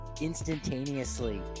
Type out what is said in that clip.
instantaneously